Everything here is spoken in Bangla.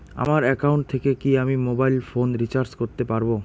আমার একাউন্ট থেকে কি আমি মোবাইল ফোন রিসার্চ করতে পারবো?